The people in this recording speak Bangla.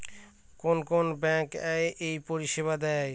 কোন কোন ব্যাঙ্ক এই পরিষেবা দেয়?